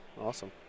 awesome